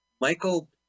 Michael